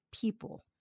people